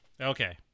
Okay